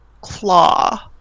claw